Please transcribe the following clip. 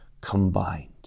combined